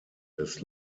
des